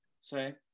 say